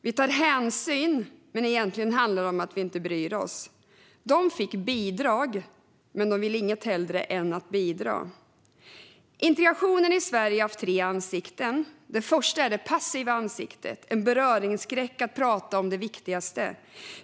Vi tar hänsyn, men egentligen handlar det om att vi inte bryr oss. De fick bidrag, men de ville inget hellre än att bidra. Integrationen i Sverige har haft tre ansikten. Det första är det passiva ansiktet - en beröringsskräck när det gäller att tala om det viktigaste.